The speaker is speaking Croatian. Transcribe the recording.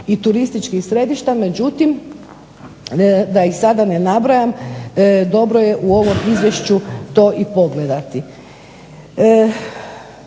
i turističkih središta, međutim da ih sada ne nabrajam dobro je u ovom izvješću to i pogledati.